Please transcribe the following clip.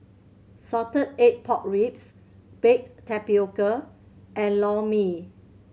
salted egg pork ribs baked tapioca and Lor Mee